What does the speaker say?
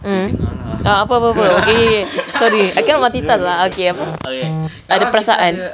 mm ha apa apa apa okay okay okay sorry I cannot multitask lah okay apa ada perasaan